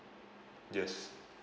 yes